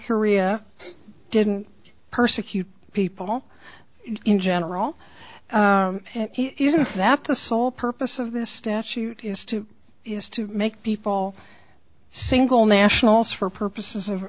korea didn't persecute people in general it is that the sole purpose of this statute is to is to make people single nationals for purposes of